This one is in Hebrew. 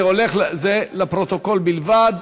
זה לפרוטוקול בלבד.